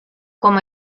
com